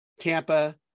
Tampa